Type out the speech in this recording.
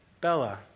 Bella